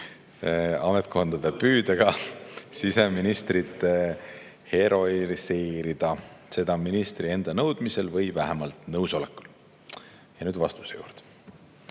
ametkondade püüdega siseministrit heroiseerida, seda ministri enda nõudmisel või vähemalt nõusolekul? Nüüd vastuse juurde.